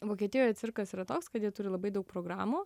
vokietijoje cirkas yra toks kad jie turi labai daug programų